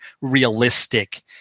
realistic